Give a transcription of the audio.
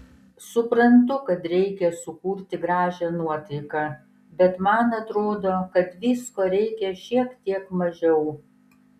suprantu kad reikia sukurti gražią nuotaiką bet man atrodo kad visko reikia šiek tiek mažiau